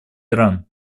иран